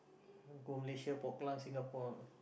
go Malaysia Singapore